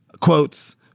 Quotes